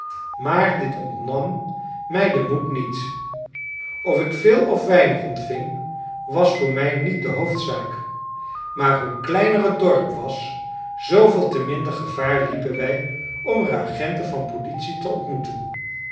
maar dit ontnam mij den moed niet of ik veel of weinig ontving was voor mij niet de hoofdzaak maar hoe kleiner het dorp was zooveel te minder gevaar liepen wij om er agenten van politie te ontmoeten